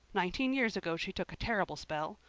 nineteen years ago she took a terrible spell.